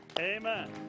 Amen